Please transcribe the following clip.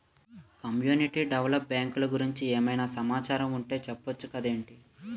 community develop బ్యాంకులు గురించి ఏమైనా సమాచారం ఉంటె చెప్పొచ్చు కదేటి